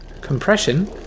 compression-